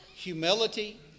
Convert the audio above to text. Humility